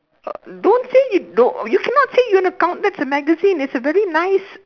don't say you don't you cannot say you want to count that as a magazine it's a very nice